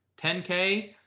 10K